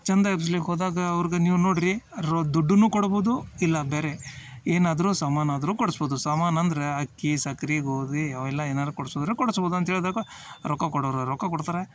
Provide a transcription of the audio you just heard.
ಚಂದ ಎಬ್ಸ್ಲಿಕ್ಕೆ ಹೋದಾಗ ಅವ್ರ್ಗೆ ನೀವು ನೋಡ್ರಿ ರು ದುಡ್ಡುನ್ನು ಕೊಡ್ಬೋದು ಇಲ್ಲ ಬೇರೆ ಏನಾದರು ಸಾಮಾನು ಆದರು ಕೊಡ್ಸ್ಬೋದು ಸಾಮಾನು ಅಂದರೆ ಅಕ್ಕಿ ಸಕ್ರೆ ಗೋದಿ ಅವೆಲ್ಲ ಏನಾರು ಕೊಡ್ಸಿದ್ರೆ ಕೊಡಸ್ಬೋದು ಅಂತ್ಹೇಳ್ದಾಗ ರೊಕ್ಕ ಕೊಡೋವರು ರೊಕ್ಕ ಕೊಡ್ತಾರೆ